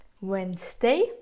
Wednesday